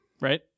Right